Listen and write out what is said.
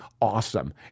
awesome